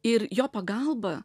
ir jo pagalba